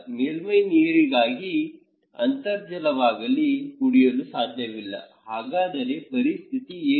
ಮೇಲ್ಮೈ ನೀರಾಗಲೀ ಅಂತರ್ಜಲವಾಗಲೀ ಕುಡಿಯಲು ಸಾಧ್ಯವಿಲ್ಲ ಹಾಗಾದರೆ ಪರಿಸ್ಥಿತಿ ಏನು